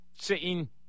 sitting